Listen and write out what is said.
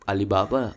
Alibaba